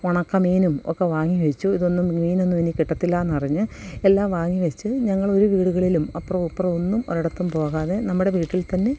ഉണക്ക മീനും ഒക്കെ വാങ്ങിവച്ചു ഇതൊന്നും മീനൊന്നും ഇനി കിട്ടത്തില്ലാന്ന് അറിഞ്ഞ് എല്ലാം വാങ്ങിവച്ച് ഞങ്ങളൊരു വീടുകളിലും അപ്പുറവും ഇപ്പുറവും ഒന്നും ഒരിടത്തും പോകാതെ നമ്മുടെ വീട്ടിൽ തന്നെ